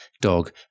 dog